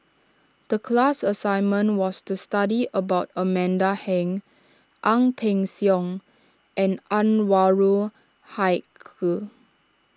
the class assignment was to study about Amanda Heng Ang Peng Siong and Anwarul Haque